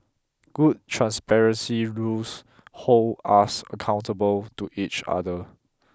good transparency rules hold us accountable to each other